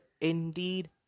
indeed